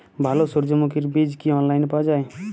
ভালো সূর্যমুখির বীজ কি অনলাইনে পাওয়া যায়?